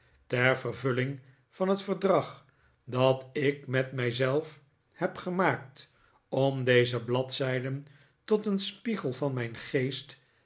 ter vervulling van het verdrag dat ik met mij zelf heb gemaakt om deze bladzijden tot een spiegel van mijn geest